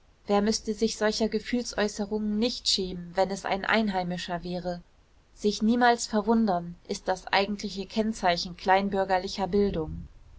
wer müßte sich solcher gefühlsäußerungen nicht schämen wenn es ein einheimischer wäre sich niemals verwundern ist das eigentliche kennzeichen kleinbürgerlicher bildung